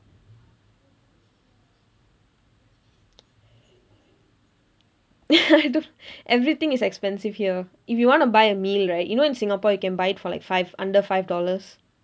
everything is expensive here if you want to buy a meal right you know in singapore you can buy it for like five under five dollars